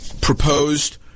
proposed